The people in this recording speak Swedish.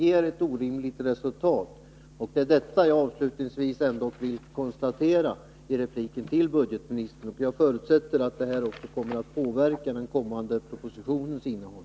Det är detta jag nu avslutningsvis vill konstatera i mitt genmäle till budgetministern. Jag förutsätter att det här kommer att påverka den kommande propositionens innehåll.